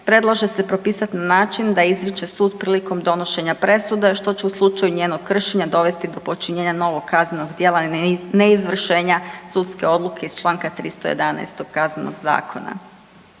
predlaže se propisati na način da izriče sud prilikom donošenja presude, što će u slučaju njenog kršenja dovesti do počinjenja novog kaznenog djela neizvršenja sudske odluke iz čl. 311. Kaznenog zakona.